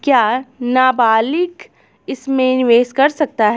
क्या नाबालिग इसमें निवेश कर सकता है?